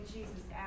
Jesus